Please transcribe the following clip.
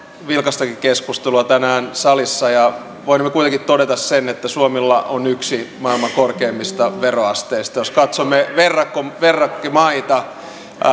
vilkastakin keskustelua tänään salissa voimme kuitenkin todeta sen että suomella on yksi maailman korkeimmista veroasteista jos katsomme verrokkimaita